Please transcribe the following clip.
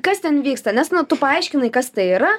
kas ten vyksta nes nu tu paaiškinai kas tai yra